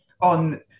on